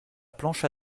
planche